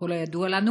ככל הידוע לנו